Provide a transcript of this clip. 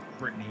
Britney